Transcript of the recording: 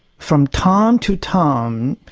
from town to town,